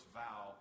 vow